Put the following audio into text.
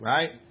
Right